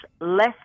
less